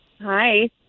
Hi